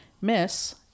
Miss